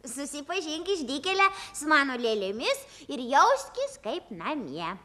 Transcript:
susipažink išdykėle su mano lėlėmis ir jauskis kaip namie